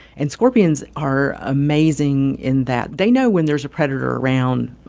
and scorpions are amazing in that they know when there's a predator around.